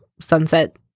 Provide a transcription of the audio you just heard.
sunset